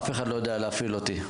אף אחד לא יודע להפעיל אותי.